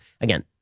again